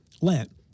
Lent